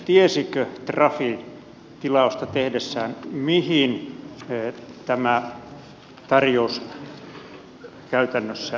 tiesikö trafi tilausta tehdessään mihin tämä tarjous käytännössä johtaa